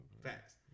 Facts